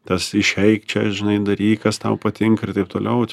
tas išeik čia žinai daryk kas tau patinka ir taip toliau